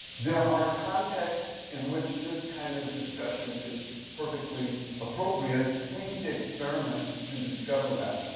there are contexts in which this kind of discussion is perfectly appropriate. we need to experiment to discover that.